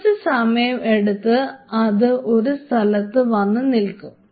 കുറച്ച് സമയം എടുത്ത് അത് ഒരു സ്ഥലത്ത് വന്നു നിൽക്കും